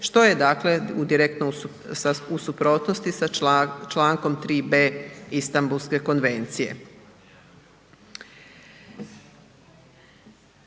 što je, dakle direktno u suprotnosti sa čl. 3.b Istambulske konvencije.